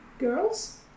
girls